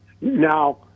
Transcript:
Now